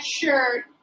shirt